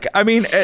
i mean,